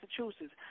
Massachusetts